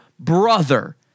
brother